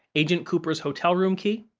agent cooper's hotel room key.